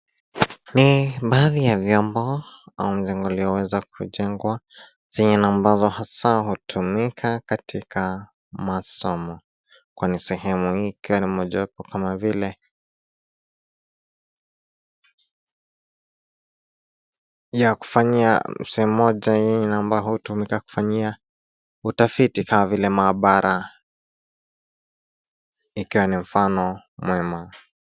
Ni baadhi ya vyombo au jengo lilioweza kujengwa zenye na amabazo hasa hutumika katika masomo kwani ,sehemu ikiwa ni mojawapo kama vile, sehemu moja yenye na ambao hutumika kufanyia utafiti kama vile maabara ikiwa ni mfano mwema.